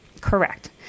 Correct